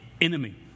enemy